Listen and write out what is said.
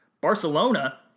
Barcelona